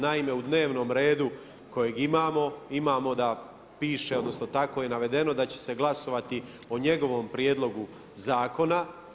Naime u dnevnom redu kojeg imamo, imamo da piše, odnosno tako je navedeno, da će se glasovati o njegovom prijedlogu zakona.